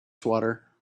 swatter